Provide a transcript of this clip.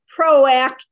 proactive